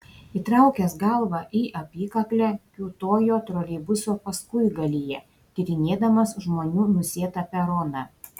įtraukęs galvą į apykaklę kiūtojo troleibuso paskuigalyje tyrinėdamas žmonių nusėtą peroną